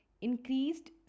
increased